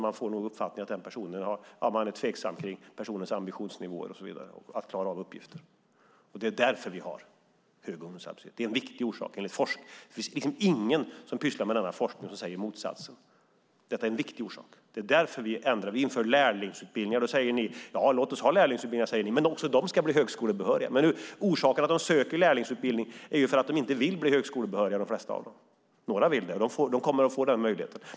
Man är tveksam till personens ambitionsnivåer och förmåga att klara av uppgifter. Det är en viktig orsak till den höga ungdomsarbetslösheten. Ingen som pysslar med sådan forskning säger motsatsen. Därför inför vi lärlingsutbildningar. Då säger ni: Låt oss ha lärlingsutbildningar, men även här ska man bli högskolebehörig. Men orsaken till att ungdomar söker lärlingsutbildning är att de flesta inte vill bli högskolebehöriga. De som vill kommer dock att få möjlighet.